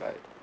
bye